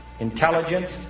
intelligence